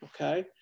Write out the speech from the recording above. okay